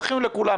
דחינו לכולם,